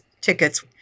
tickets